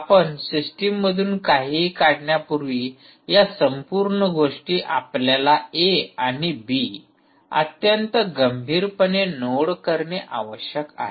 आपण सिस्टममधून काहीही काढण्यापूर्वी या संपूर्ण गोष्टी आपल्याला ए आणि बी अत्यंत गंभीरपणे नोड करणे आवश्यक आहे